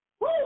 Woo